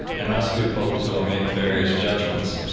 and ask people to make various judgements.